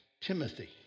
Timothy